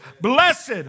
Blessed